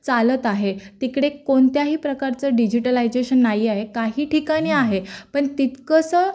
चालत आहे तिकडे कोणत्याही प्रकारचं डिजिटलायझेशन नाही आहे काही ठिकाणी आहे पण तितकंसं